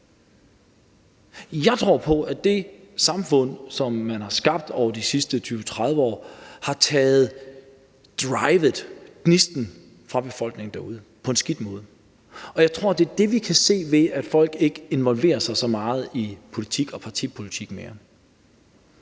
Jeg tror på, at det samfund, som man har skabt over de sidste 20-30 år har taget drivet og gnisten fra befolkningen derude på en skidt måde, og jeg tror, det er det, vi kan se, ved at folk ikke involverer sig så meget i politik og partipolitik mere.